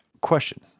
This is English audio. Question